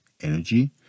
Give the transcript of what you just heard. energy